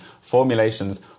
formulations